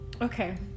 Okay